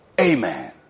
Amen